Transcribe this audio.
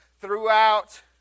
throughout